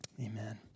Amen